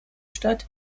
stadt